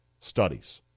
studies